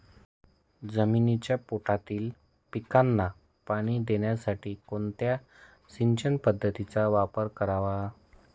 जमिनीच्या पोटातील पिकांना पाणी देण्यासाठी कोणत्या सिंचन पद्धतीचा वापर करावा?